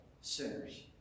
sinners